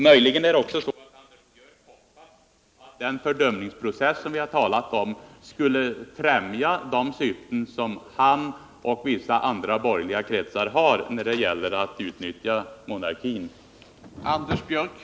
Möjligen hoppas Anders Björck att den fördumningsprocess som vi har talat om skall främja de syften som han och Nr 51 vissa borgerliga kretsar har när det gäller att utnyttja monarkin. Torsdagen den